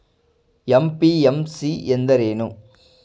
MPMC ಎಂದರೇನು?